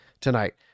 tonight